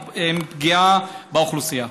עם פגיעה באוכלוסייה.